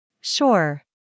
Sure